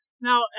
Now